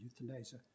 euthanasia